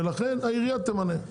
לכן העירייה תמנה.